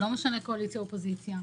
לא משנה אם קואליציה או אופוזיציה,